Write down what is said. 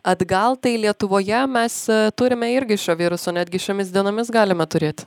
atgal tai lietuvoje mes turime irgi šio viruso netgi šiomis dienomis galime turėti